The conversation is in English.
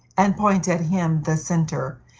and point at him the center,